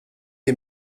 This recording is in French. les